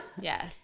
yes